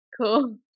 cool